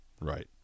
right